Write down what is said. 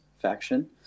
faction